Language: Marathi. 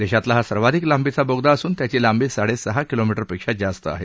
देशातला हा सर्वाधिक लांबीचा बोगदा असून त्याची लांबी साडेसहा किलोमीटरपेक्षा जास्त आहे